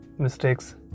mistakes